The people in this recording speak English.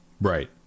Right